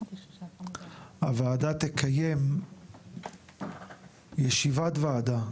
הוועדה תקיים ישיבת וועדה,